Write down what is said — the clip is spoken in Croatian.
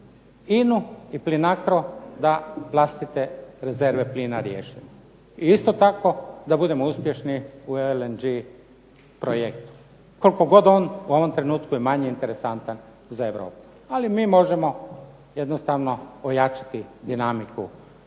INA-u i PLINACRO da vlastite rezerve plina riješimo. I isto tako da budemo uspješni u LNG projektu. Koliko god on u ovom trenutku je manje interesantan za Europu. Ali mi možemo jednostavno ojačati dinamiku